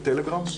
בטלגרם.